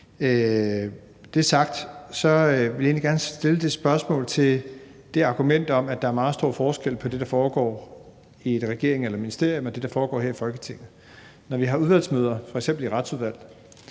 Det sagt, vil jeg egentlig gerne sætte spørgsmålstegn ved det argument om, at der er meget stor forskel på det, der foregår i en regering eller i et ministerium, og det, der foregår her i Folketinget. Når vi har udvalgsmøder, f.eks. i Retsudvalget,